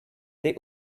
they